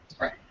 right